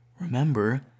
Remember